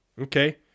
Okay